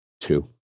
two